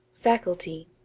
Faculty